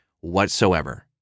whatsoever